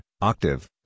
octave